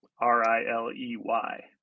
R-I-L-E-Y